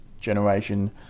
generation